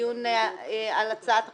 בדיון על הצעת החוק,